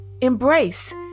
Embrace